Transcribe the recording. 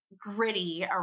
gritty